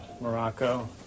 Morocco